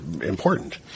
important